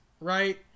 right